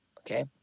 okay